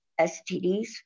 STDs